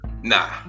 nah